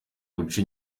guca